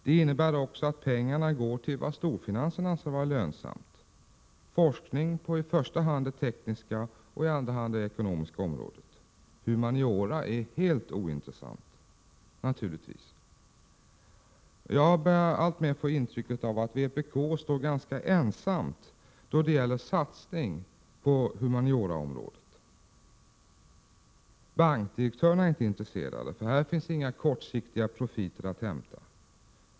Det innebär också att pengarna går till vad storfinansen anser vara lönsamt — forskning på i första hand det tekniska och i andra hand det ekonomiska området. Humaniora är — naturligtvis — helt ointressant. Jag får alltmer intrycket att vpk står ganska ensamt då det gäller satsning på humaniora. Bankdirektörerna är inte intresserade, för där finns kortsiktigt inga profiter att hämta.